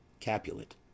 Capulet